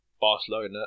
Barcelona